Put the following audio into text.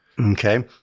Okay